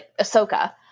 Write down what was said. Ahsoka